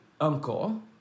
uncle